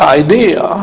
idea